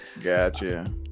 Gotcha